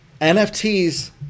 NFTs